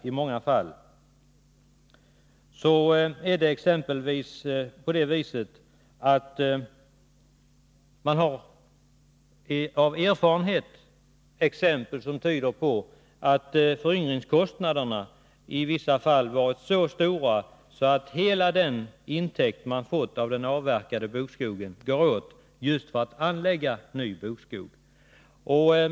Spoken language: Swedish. Erfarenheten visar att föryngringskostnaderna i vissa fall blivit så höga att hela intäkten för den avverkade bokskogen går åt till att anlägga ny bokskog.